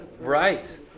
right